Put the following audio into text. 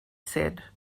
said